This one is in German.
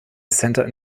center